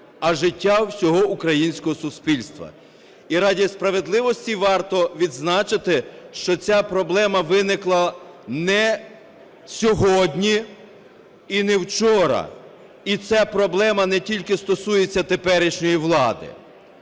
а життя всього українського суспільства. І заради справедливості варто відзначити, що ця проблема виникла не сьогодні і не вчора. І ця проблема не тільки стосується теперішньої влади.